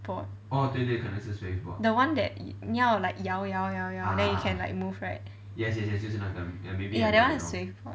board the [one] that 你要 like 摇摇摇摇 then you can like move right ya that [one] is swave board